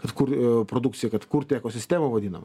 kad kur produkcija kad kurti ekosistemą vadinamą